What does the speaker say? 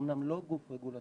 אמנם לא גוף רגולטורי,